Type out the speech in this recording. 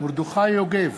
מרדכי יוגב,